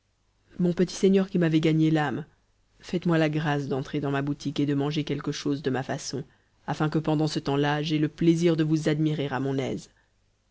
mon petit seigneur qui m'avez gagné l'âme faites-moi la grâce d'entrer dans ma boutique et de manger quelque chose de ma façon afin que pendant ce temps-là j'aie le plaisir de vous admirer à mon aise